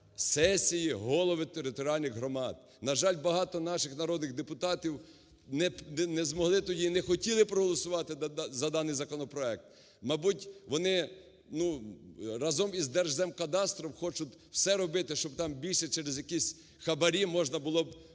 сесії, голови територіальних громад. На жаль, багато наших народних депутатів не змогли тоді і не хотіли проголосувати за даний законопроект. Мабуть, вони разом із Держземкадастром все хочуть робити, щоб там більше через якісь хабарі можна було б